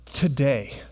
today